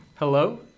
Hello